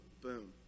boom